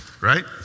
Right